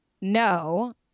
no